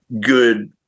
good